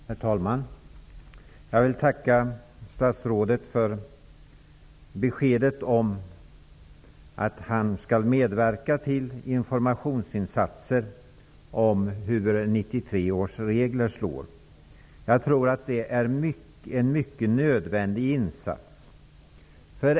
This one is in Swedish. Herr talman! Jag vill tacka statsrådet för beskedet om att han skall medverka till informationsinsatser om hur 1993 års regler slår. Jag tror att det är en mycket nödvändig insats.